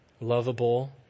lovable